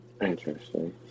Interesting